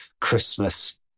Christmas